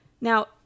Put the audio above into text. Now